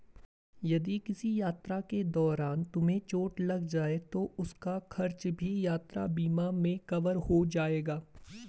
यदि किसी यात्रा के दौरान तुम्हें चोट लग जाए तो उसका खर्च भी यात्रा बीमा में कवर हो जाएगा